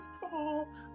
fall